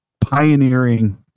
pioneering